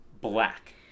black